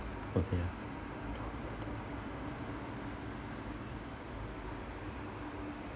okay ya